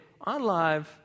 OnLive